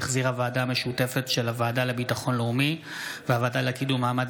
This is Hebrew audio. שהחזירה הוועדה המשותפת של הוועדה לביטחון לאומי והוועדה לקידום מעמד